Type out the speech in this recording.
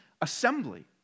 assembly